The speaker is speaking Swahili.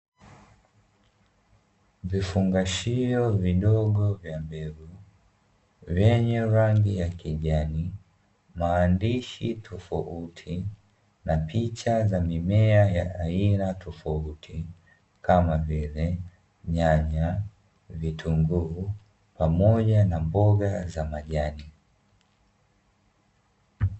Vifungashio vidogo vya mbegu vyenye rangi ya kijani, maandishi tofauti na picha za mimea ya aina tofauti kama vile nyanya, vitunguu pamoja na mboga za majani.